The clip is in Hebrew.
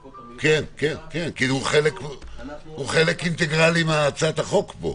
--- כן, כי זה חלק אינטגרלי מהצעת החוק פה.